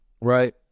right